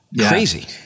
Crazy